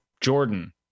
Jordan